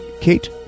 Kate